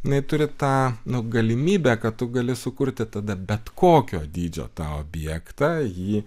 jinai turi tą nu galimybę kad tu gali sukurti tada bet kokio dydžio tą objektą jį